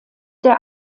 der